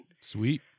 Sweet